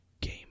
Game